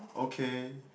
okay